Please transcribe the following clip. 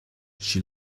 she